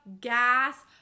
gas